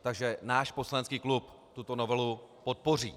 Takže náš poslanecký klub tuto novelu podpoří.